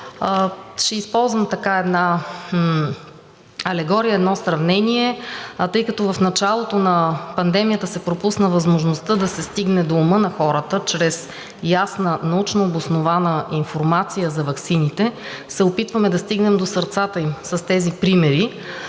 Ще използвам една алегория, едно сравнение – тъй като в началото на пандемията се пропусна възможността да се стигне до ума на хората чрез ясна научнообоснована информация за ваксините, се опитваме да стигнем до сърцата им с тези примери.